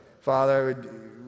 Father